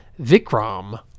vikram